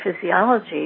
physiology